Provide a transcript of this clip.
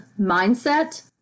mindset